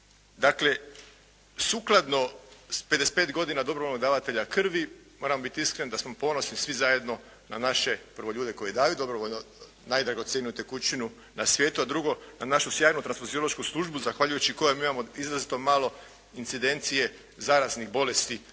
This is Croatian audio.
Dakle, sukladno 55 godina dobrovoljnog davatelja krvi moram biti iskren da smo ponosni svi zajedno na naše prvo ljude koji daju dobrovoljno najdragocjeniju tekućinu na svijetu, a drugo na našu sjaju transfuziološku službu zahvaljujući kojoj ima izrazito malo incidencije zaraznih bolesti dakle